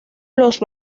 los